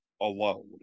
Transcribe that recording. alone